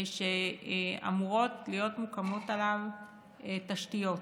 שאמורות להיות מוקמות עליו תשתיות.